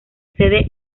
sede